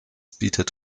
bietet